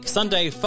Sunday